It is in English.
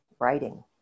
writing